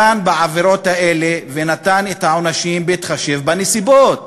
דן בעבירות האלה ונתן את העונשים בהתחשב בנסיבות.